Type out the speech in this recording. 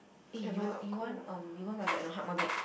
eh you want you want um you want my bag or not hug my bag